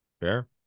fair